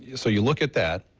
and so you look at that,